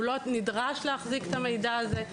הוא אל נדרש להחזיק את המידע הזה.